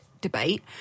debate